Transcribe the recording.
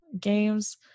games